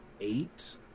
eight